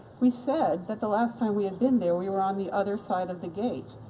we said that the last time we had been there, we were on the other side of the gate.